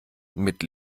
mit